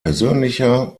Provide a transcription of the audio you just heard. persönlicher